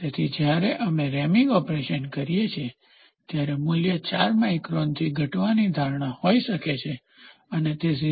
તેથી જ્યારે અમે રેમિંગ ઓપરેશન કરીએ છીએ ત્યારે મૂલ્ય 4 માઇક્રોનથી ઘટવાની ધારણા હોઈ શકે છે અને તે 0